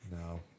No